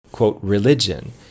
...religion